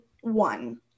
one